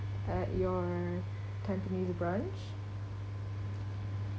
at your tampines branch